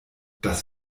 das